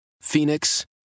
Phoenix